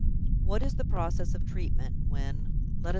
what is the process of treatment, when,